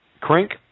Crank